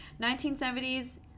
1970s